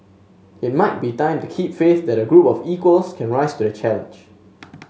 it might be time to keep faith that a group of equals can rise to the challenge